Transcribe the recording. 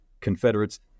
Confederates